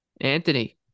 Anthony